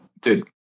dude